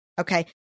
Okay